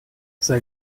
sei